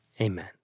Amen